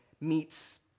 meets